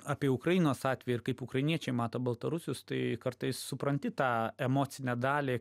apie ukrainos atvejį ir kaip ukrainiečiai mato baltarusius tai kartais supranti tą emocinę dalį